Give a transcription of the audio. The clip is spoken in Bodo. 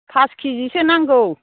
पास केजिसो नांगौ